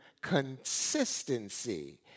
consistency